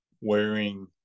wearing